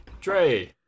Dre